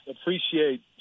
appreciate